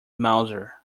mouser